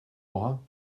bras